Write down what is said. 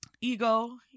Ego